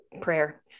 prayer